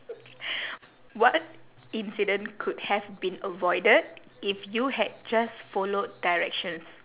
what incident could have been avoided if you had just followed directions